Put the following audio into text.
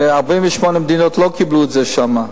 48 מדינות לא קיבלו את זה שם,